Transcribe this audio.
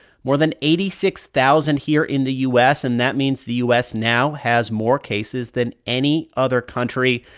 more than eighty six thousand here in the u s. and that means the u s. now has more cases than any other country,